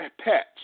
pets